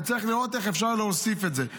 וצריך לראות איך אפשר להוסיף את זה.